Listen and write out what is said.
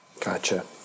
Gotcha